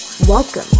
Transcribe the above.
Welcome